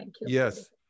Yes